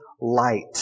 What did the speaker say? light